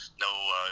no –